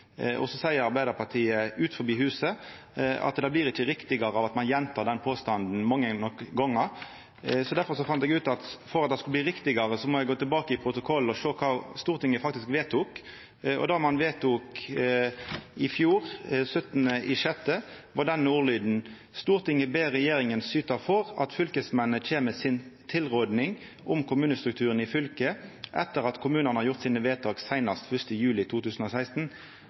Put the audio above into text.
Så seier Arbeidarpartiet, utanfor huset, at det blir ikkje meir riktig av at ein gjentek den påstanden mange nok gonger. Difor fann eg ut at for at det skulle bli meir riktig, måtte eg gå tilbake i protokollen og sjå kva Stortinget faktisk vedtok. Det ein vedtok i fjor, 16. juni, var denne ordlyden: «Stortinget ber regjeringa syta for at fylkesmennene kjem med sin tilråding om kommunestrukturen i fylket etter at kommunane har gjort sine vedtak seinast 1. juli 2016.»